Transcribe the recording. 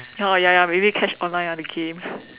ya lor ya ya maybe catch online ah the game